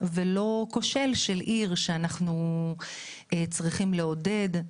שלום, אדוני, ברוך הבא.